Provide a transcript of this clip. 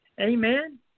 Amen